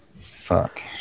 Fuck